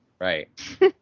right